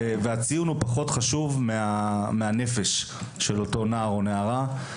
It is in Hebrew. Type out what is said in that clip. והציון הוא פחות חשוב מהנפש של אותו נער או נערה.